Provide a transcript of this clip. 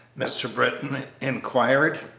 mr. britton inquired.